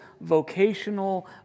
vocational